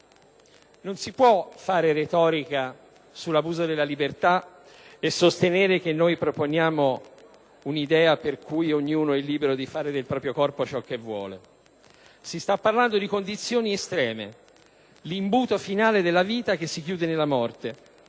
non si può fare retorica sull'abuso della libertà e sostenere che noi proponiamo un'idea per cui ognuno è libero di fare del proprio corpo ciò che vuole. Si sta parlando di condizioni estreme: l'imbuto finale della vita che si chiude nella morte.